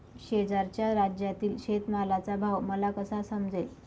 शेजारच्या राज्यातील शेतमालाचा भाव मला कसा समजेल?